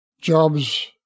jobs